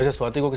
ah swati,